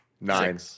Nine